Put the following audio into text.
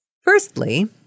Firstly